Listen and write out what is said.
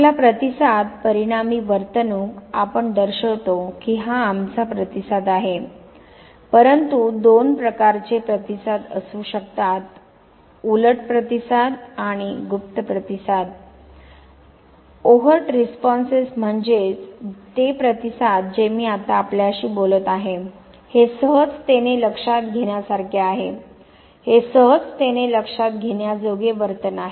आपला प्रतिसाद परिणामी वर्तणूक आपण दर्शवतो की हा आमचा प्रतिसाद आहे परंतु दोन प्रकारचे प्रतिसाद असू शकतात उलट प्रतिसाद आणि गुप्त प्रतिसाद याउलट प्रतिसाद म्हणजे ते प्रतिसाद जे मी आता आपल्याशी बोलत आहे हे सहजतेने लक्षात घेण्यासारखे आहे हे सहजतेने लक्षात घेण्याजोगे वर्तन आहे